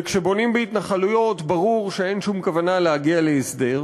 וכשבונים בהתנחלויות ברור שאין שום כוונה להגיע להסדר,